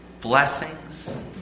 blessings